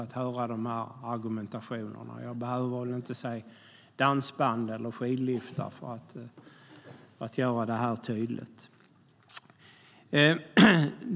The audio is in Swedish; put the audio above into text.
Jag behöver väl inte börja prata om dansband eller skidliftar för att göra det här tydligt.